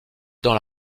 dans